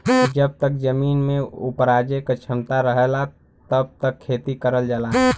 जब तक जमीन में उपराजे क क्षमता रहला तब तक खेती करल जाला